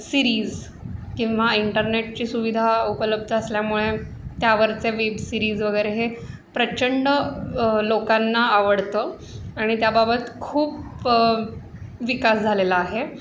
series किंवा इंटरनेटची सुविधा उपलब्ध असल्यामुळे त्यावरचे वेब सिरीज वगैरे हे प्रचंड लोकांना आवडतं आणि त्याबाबत खूप विकास झालेला आहे